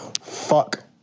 fuck